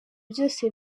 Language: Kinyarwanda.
byose